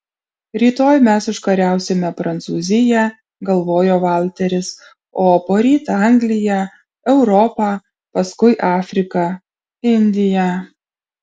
rytoj mes užkariausime prancūziją galvojo valteris o poryt angliją europą paskui afriką indiją